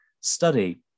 study